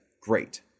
Great